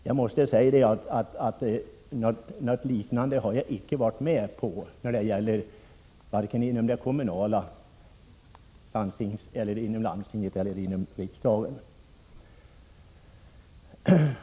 Jag har icke varit med om något liknande vare sig i kommun och landsting eller i riksdagen.